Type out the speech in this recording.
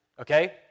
Okay